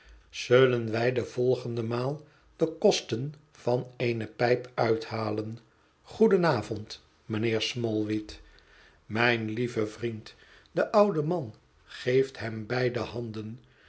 zullen wij de volgende maal de kosten van eene pijp uithalen goeden avond mijnheer smallweed mijn lieve vriend de oude man geeft hem beide handen